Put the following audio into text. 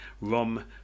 Rom